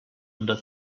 under